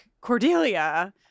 cordelia